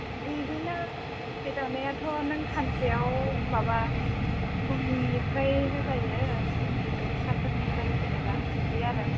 इदिनो जि दानायाथ' नों सानसेयाव माबा फुंनिफ्रायनो जायो फुंनि दसथाफोरनिफ्रायनो जेनेबा बिदि आरो